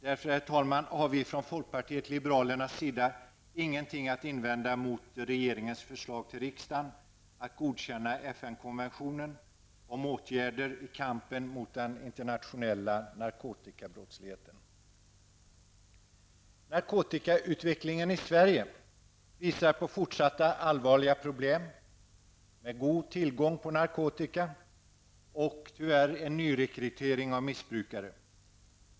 Därför, herr talman, har vi från folkpartiet liberalernas sida ingenting att invända mot regeringens förslag till riksdagen att godkänna FN Narkotikautvecklingen i Sverige visar på fortsatta allvarliga problem, med god tillgång på narkotika och tyvärr en nyrekrytering av missbrukare.